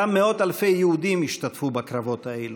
גם מאות אלפי יהודים השתתפו בקרבות האלה.